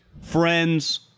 friends